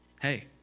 Hey